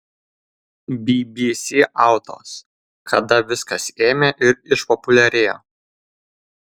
bbc autos kada viskas ėmė ir išpopuliarėjo